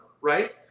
right